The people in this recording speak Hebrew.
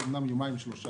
אמנם על יומיים-שלושה,